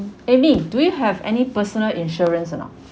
amy do you have any personal insurance or not